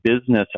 business